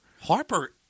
Harper